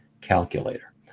calculator